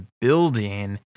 building